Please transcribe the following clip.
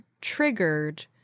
triggered